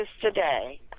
today